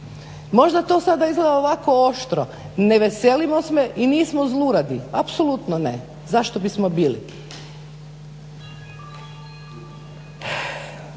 Možda to sada izgleda ovako oštro. Ne veselimo se i nismo zluradi, apsolutno ne. Zašto bismo bili?